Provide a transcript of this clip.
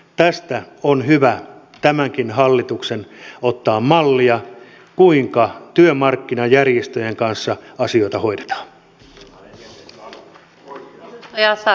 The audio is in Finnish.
tästä on hyvä tämänkin hallituksen ottaa mallia kuinka työmarkkinajärjestöjen kanssa asioita hoidetaan